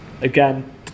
Again